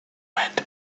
went